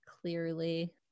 Clearly